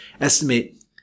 estimate